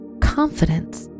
confidence